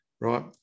right